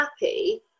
happy